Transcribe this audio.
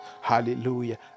Hallelujah